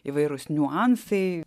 įvairūs niuansai